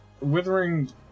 Withering